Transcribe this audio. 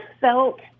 felt